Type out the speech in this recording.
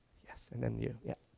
yes and then you, yeah.